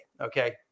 okay